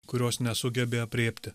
kurios nesugebėjo aprėpti